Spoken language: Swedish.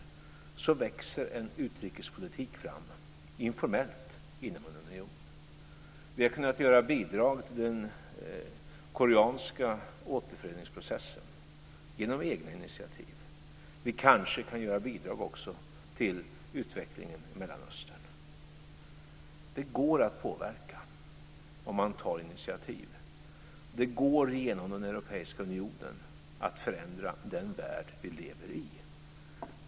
Så växer en utrikespolitik fram, informellt, inom unionen. Vi har kunnat bidra till den koreanska återföreningsprocessen genom egna initiativ. Vi kanske också kan bidra till utvecklingen i Mellanöstern. Det går att påverka om man tar initiativ. Det går genom den europeiska unionen att förändra den värld vi lever i.